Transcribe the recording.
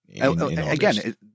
Again